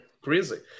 crazy